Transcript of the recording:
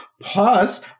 Plus